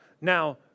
Now